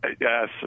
yes